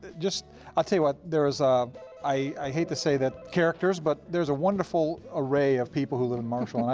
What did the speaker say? just i tell you what, there is ah i hate to say that characters, but there's a wonderful array of people who live in marshall.